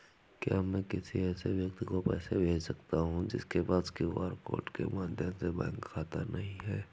क्या मैं किसी ऐसे व्यक्ति को पैसे भेज सकता हूँ जिसके पास क्यू.आर कोड के माध्यम से बैंक खाता नहीं है?